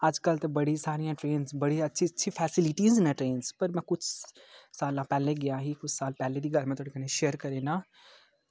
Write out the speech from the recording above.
अज्जकल ते बड़ी सारियां ट्रेन्स बड़ी अच्छी अच्छी फेस्लिटिस न ट्रेन च पर में कुछ साला पैह्लें गेआ ही कुछ साल पैह्लें दी गल्ल में थुआढ़े कन्नै शेयर करी ना